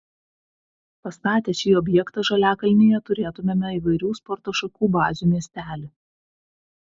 pastatę šį objektą žaliakalnyje turėtumėme įvairių sporto šakų bazių miestelį